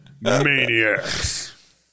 maniacs